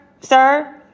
Sir